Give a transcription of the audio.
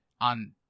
on